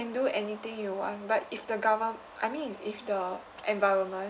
do anything you want but if the governm~ I mean if the environment